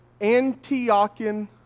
Antiochian